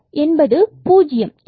S என்பது பூஜ்ஜியம்